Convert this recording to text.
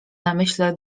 namyśle